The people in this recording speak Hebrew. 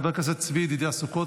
חבר הכנסת צבי ידידיה סוכות,